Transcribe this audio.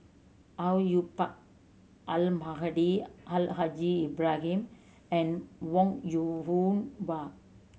Au Yue Pak Almahdi Al Haj Ibrahim and Wong Yoon Wah